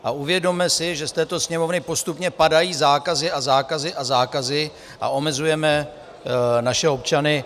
A uvědomme si, že z této Sněmovny postupně padají zákazy a zákazy a zákazy a omezujeme naše občany.